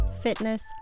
fitness